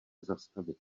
zastavit